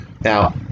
Now